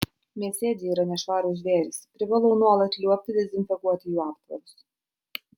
mėsėdžiai yra nešvarūs žvėrys privalau nuolat liuobti dezinfekuoti jų aptvarus